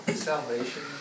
Salvation